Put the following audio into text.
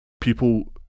people